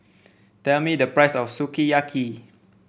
tell me the price of Sukiyaki